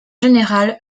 générale